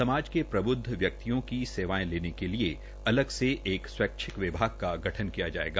समाज के प्रब्द्ध व्यक्तियों की सेवायें लेने के लिये अलग से एक स्वैच्छि विभाग का गठन किया जायेगा